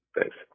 Thanks